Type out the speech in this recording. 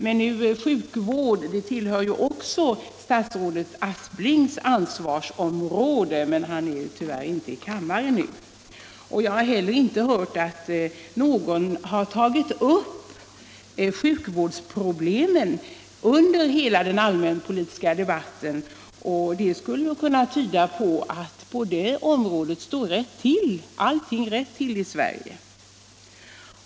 Också sjukvården tillhör statsrådet Asplings ansvarsområde, men han är tyvärr inte närvarande i kammaren just nu. Jag har heller inte hört att någon tagit upp sjukvårdsproblemen under hela den allmänpolitiska debatten. Det skulle kunna tydas så, att på det området allting står rätt till i Sverige.